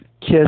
kiss